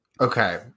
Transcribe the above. Okay